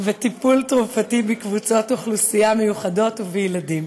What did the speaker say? וטיפול תרופתי בקבוצות אוכלוסייה מיוחדות ובילדים.